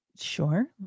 Sure